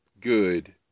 good